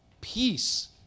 peace